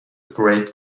great